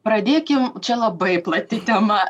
pradėkim čia labai plati tema